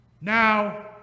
now